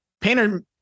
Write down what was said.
Painter